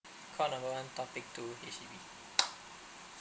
call number one topic two H_D_B